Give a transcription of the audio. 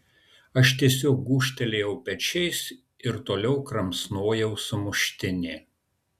aš tiesiog gūžtelėjau pečiais ir toliau kramsnojau sumuštinį